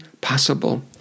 possible